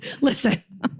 Listen